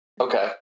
Okay